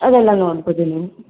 ಅವೆಲ್ಲ ನೋಡ್ಬೋದು ನೀವು